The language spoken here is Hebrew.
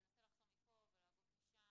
ננסה לחסום מפה ולאגוף משם